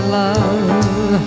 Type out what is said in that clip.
love